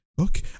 Okay